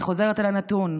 אני חוזרת על הנתון: